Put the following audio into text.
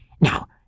Now